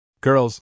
Girls